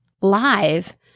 live